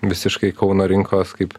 visiškai kauno rinkos kaip